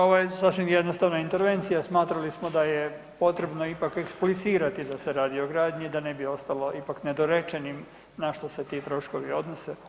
Dobro, ovo je sasvim jednostavna intervencija, smatrali smo da je potrebno ipak eksplicirati da se radi o gradnji da ne bi ostalo ipak nedorečenim na što se ti troškovi odnose.